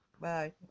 Bye